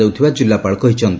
କରାଯାଉଥିବା ଜିଲ୍ଲାପାଳ କହିଛନ୍ତି